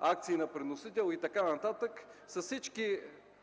акции на приносител и така нататък. С всички